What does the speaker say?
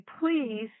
please